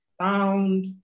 sound